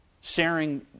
Sharing